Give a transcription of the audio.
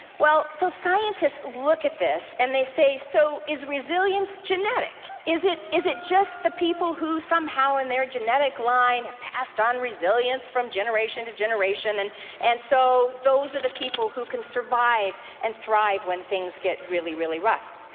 well, so scientists look at this, and they say so is resilience genetic? is it is it just the people who somehow in their genetic line have passed on resilience from generation to generation? and and so those are the people who can survive and thrive when things get really, really rough,